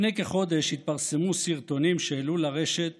לפני כחודש התפרסמו סרטונים שהעלו לרשת